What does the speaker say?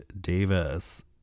Davis